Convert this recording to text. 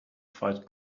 fight